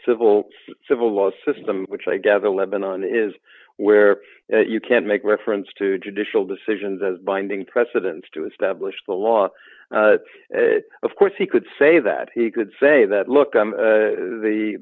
civil civil law system which i gather lebanon is where you can make reference to judicial decisions as binding precedence to establish the law of course he could say that he could say that look at the the